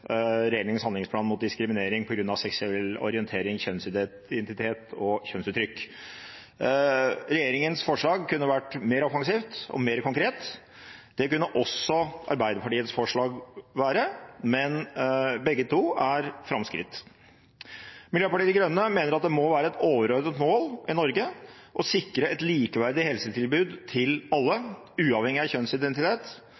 regjeringens handlingsplan mot diskriminering på grunn av seksuell orientering, kjønnsidentitet og kjønnsuttrykk». Regjeringens forslag kunne vært mer offensivt og mer konkret. Det kunne også Arbeiderpartiets forslag vært, men begge to er framskritt. Miljøpartiet De Grønne mener at det må være et overordnet mål i Norge å sikre et likeverdig helsetilbud til